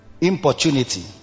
Importunity